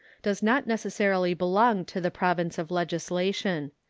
does not necessarily belong to the province of legislation.